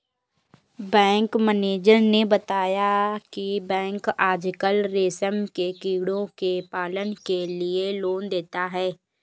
bank manager ने बताया की बैंक आजकल रेशम के कीड़ों के पालन के लिए लोन देता है